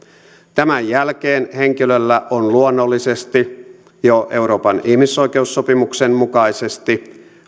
tämän jälkeen henkilöllä on luonnollisesti jo euroopan ihmisoikeussopimuksen mukaisesti